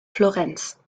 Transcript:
florenz